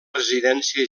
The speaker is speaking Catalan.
residència